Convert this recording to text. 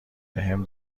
بهم